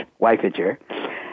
wifeager